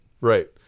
right